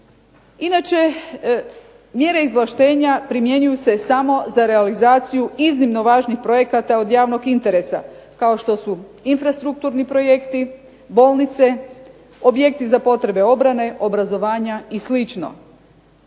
Inače, mjere izvlaštenja primjenjuju se samo za realizaciju iznimno važnih projekata od javnog interesa, kao što su infrastrukturni projekti, bolnice, objekti za potrebe obrane, obrazovanja i sl.